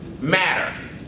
Matter